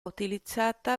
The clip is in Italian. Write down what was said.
utilizzata